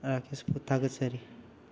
ꯔꯥꯀꯦꯁꯄꯨ ꯊꯥꯒꯠꯆꯔꯤ